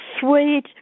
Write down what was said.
sweet